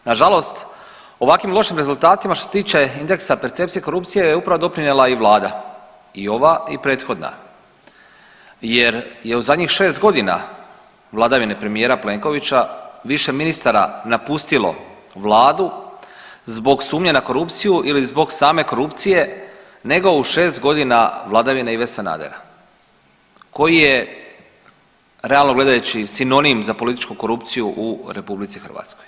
Nažalost, ovakvim lošim rezultatima što se tiče indeksa percepcije korupcije je upravo doprinijela i vlada i ova i prethodna jer je u zadnjih 6.g. vladavine premijera Plenkovića više ministara napustilo vladu zbog sumnje na korupciju ili zbog same korupcije nego u 6.g. vladavine Ive Sanadera koji je realno gledajući sinonim za političku korupciju u RH.